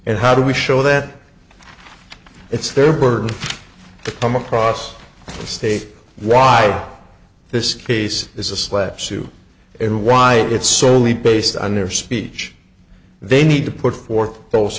and how do we show that it's their burden from across the state why this case is a slap suit and why it's so early based on their speech they need to put forth those